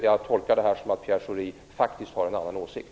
Jag tolkar detta som att Pierre Schori faktiskt har en annan åsikt.